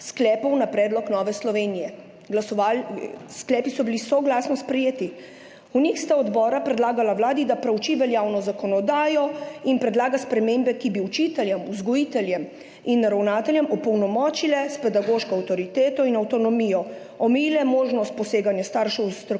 sklepov na predlog Nove Slovenije. Sklepi so bili soglasno sprejeti. V njih sta odbora predlagala Vladi, da prouči veljavno zakonodajo in predlaga spremembe, ki bi učitelje, vzgojitelje in ravnatelje opolnomočile s pedagoško avtoriteto in avtonomijo, omejile možnost poseganja staršev v strokovne